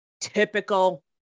typical